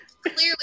clearly